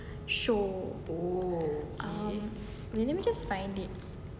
show uh that day I just find it